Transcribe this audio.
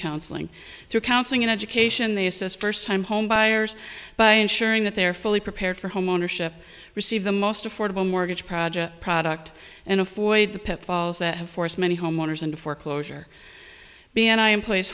counseling through counseling and education they assist first time home buyers by ensuring that they are fully prepared for homeownership receive the most affordable mortgage praja product and afford the pitfalls that have forced many homeowners into foreclosure be an eye in pla